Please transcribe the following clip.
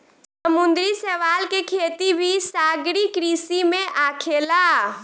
समुंद्री शैवाल के खेती भी सागरीय कृषि में आखेला